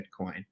Bitcoin